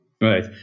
Right